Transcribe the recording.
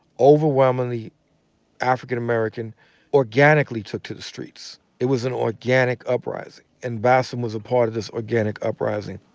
overwhelmingly african-american, organically took to the streets. it was an organic uprising, and bassem was a part of this organic uprising.